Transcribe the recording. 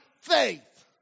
faith